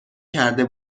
کرده